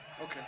Okay